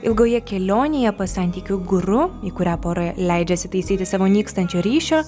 ilgoje kelionėje pas santykių guru į kurią pora leidžiasi taisyti savo nykstančio ryšio